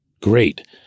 great